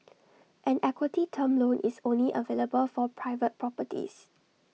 an equity term loan is only available for private properties